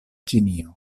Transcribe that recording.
ĉinio